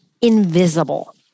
invisible